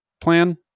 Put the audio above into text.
plan